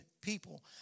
people